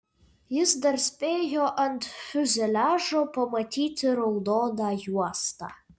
jis dar spėjo ant fiuzeliažo pamatyti raudoną juostą